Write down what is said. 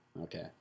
Okay